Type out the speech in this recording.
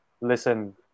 listen